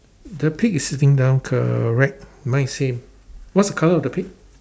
the pig is sitting down correct mine is same what's the colour of the pig